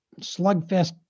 slugfest